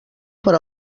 per